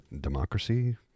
Democracy